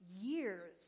years